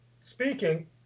speaking